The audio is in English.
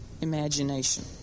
imagination